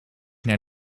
naar